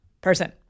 person